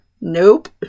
Nope